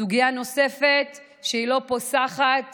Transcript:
סוגיה נוספת, שלא פוסחת